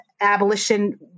abolition